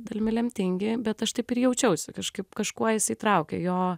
dalimi lemtingi bet aš taip ir jaučiausi kažkaip kažkuo jis įtraukia jo